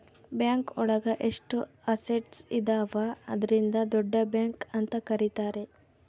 bank ಒಳಗ ಎಷ್ಟು assets ಇದಾವ ಅದ್ರಿಂದ ದೊಡ್ಡ ಬ್ಯಾಂಕ್ ಅಂತ ಕರೀತಾರೆ